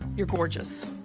you're gorgeous.